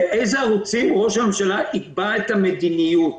באיזה ערוצים ראש הממשלה יקבע את המדיניות.